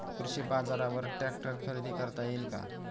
कृषी बाजारवर ट्रॅक्टर खरेदी करता येईल का?